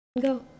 go